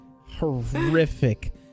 horrific